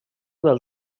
del